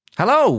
Hello